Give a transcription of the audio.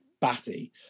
batty